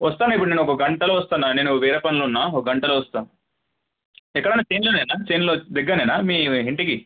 వస్తాను ఇప్పుడు నేను ఒక గంటలో వస్తాను నేను వేరే పనిలో ఉన్నా ఒక గంటలో వస్తా ఎక్కడన్న చేనులోనేనా చేనులో దగ్గరేనేనా మీ ఇంటికి